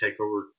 TakeOver